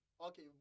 okay